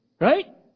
right